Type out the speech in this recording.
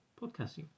podcasting